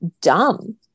dumb